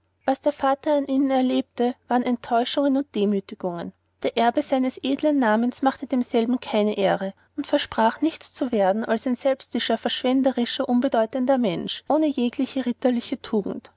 was der vater an ihnen erlebte waren enttäuschungen und demütigungen der erbe seines edlen namens machte demselben keine ehre und versprach nichts zu werden als ein selbstischer verschwenderischer unbedeutender mensch ohne jegliche ritterliche tugend